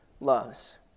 loves